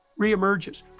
reemerges